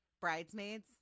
Bridesmaids